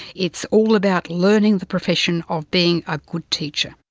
it's all about learning the profession of being a good teacher.